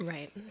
Right